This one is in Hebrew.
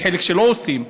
יש חלק שלא עושים,